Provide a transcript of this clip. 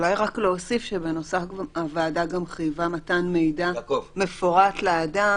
אולי רק להוסיף שבנוסף הוועדה גם חייבה מתן מידע מפורט לאדם